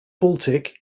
baltic